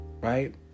Right